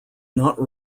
not